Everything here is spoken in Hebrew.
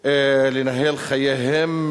לנהל חייהם.